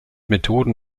methoden